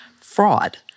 fraud